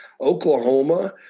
Oklahoma